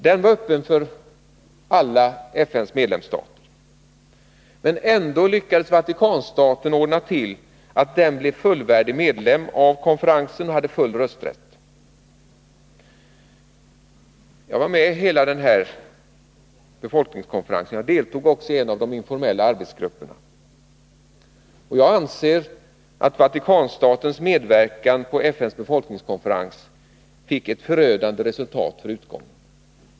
Den var öppen för FN:s alla medlemsstater. Men ändå lyckades Vatikanstaten ordna till det så, att den blev fullvärdig medlem av konferensen och hade full rösträtt. Jag var med under hela denna befolkningskonferens. Jag deltog också i en av de informella arbetsgrupperna. Jag anser att Vatikanstatens medverkan på FN:s befolkningskonferens fick ett förödande resultat för utgången.